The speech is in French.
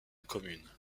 commune